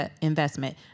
investment